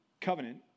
covenant